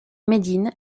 médine